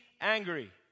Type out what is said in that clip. angry